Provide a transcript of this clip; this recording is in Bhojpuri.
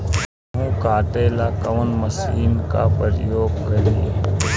गेहूं काटे ला कवन मशीन का प्रयोग करी?